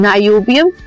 Niobium